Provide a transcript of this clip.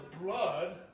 blood